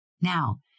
Now